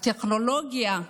הטכנולוגיה,